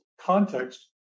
context